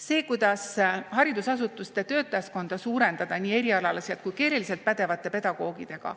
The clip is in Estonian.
Sellega, kuidas haridusasutuste töötajaskonda suurendada nii erialaliselt kui ka keeleliselt pädevate pedagoogidega,